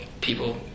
people